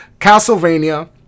Castlevania